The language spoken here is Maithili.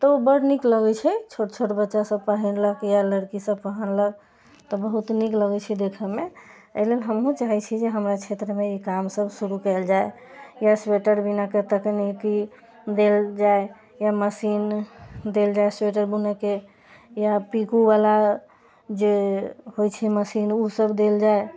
तऽ ओ बड्ड नीक लगैत छै छोट छोट बच्चा सभ पहिनलक या लड़की सभ पहिनलक तऽ बहुत नीक लगैत छै देखैमे एहि लेल हमहुँ चाहैत छी जे हमर क्षेत्रमे ई काम सभ शुरु कयल जाय या स्वेटर बिनैके तकनीकी देल जाय या मशीन देल जाय स्वेटर बुनैके या पीको बाला जे होइ छै मशीन ओ सभ देल जाय